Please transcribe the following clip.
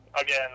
again